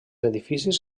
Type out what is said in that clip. edificis